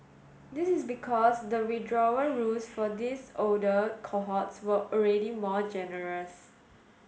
this is because the withdrawal rules for these older cohorts were already more generous